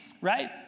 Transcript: right